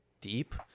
deep